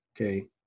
okay